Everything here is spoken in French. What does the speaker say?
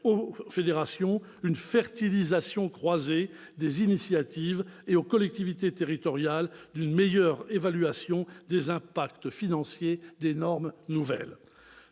aux fédérations, une « fertilisation croisée » des initiatives et, aux collectivités territoriales, une meilleure évaluation des impacts financiers des normes nouvelles.